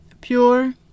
pure